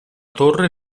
torre